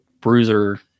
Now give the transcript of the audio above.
bruiser